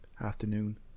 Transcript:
afternoon